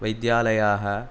वैद्यालयाः